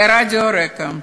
לרדיו רק"ע,